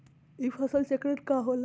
ई फसल चक्रण का होला?